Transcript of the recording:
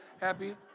happy